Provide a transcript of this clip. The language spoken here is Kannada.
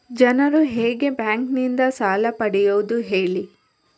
ಜನರು ಹೇಗೆ ಬ್ಯಾಂಕ್ ನಿಂದ ಸಾಲ ಪಡೆಯೋದು ಹೇಳಿ